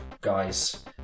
guys